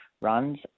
runs